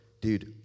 dude